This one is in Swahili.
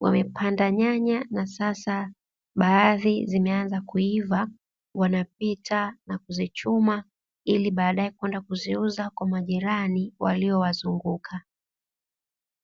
Wamepanda nyanya, na sasa baadhi zimeanza kuiva, wanapita na kuzichuma, ili baadae kwenda kuziuza kwa majirani waliowazunguka.